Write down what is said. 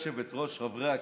בעד, 16,